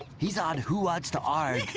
he's on who wants to um